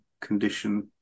condition